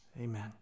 amen